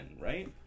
right